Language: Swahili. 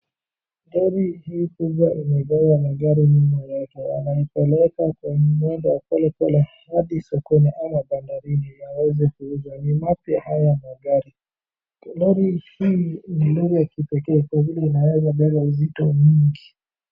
Gari hii kubwa imebeba magari nyuma yake. Anapeleka kwa mendo wa polepole hadi sokoni ama bandarini, ili aweze kuuza. Ni mapya haya magari. Lori hii ni lori la kipekee kwa vile inaeza beba uzito nyingi.